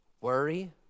worry